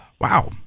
Wow